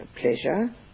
pleasure